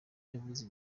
yavuze